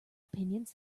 opinions